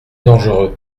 dangereux